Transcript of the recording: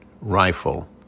rifle